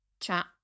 chat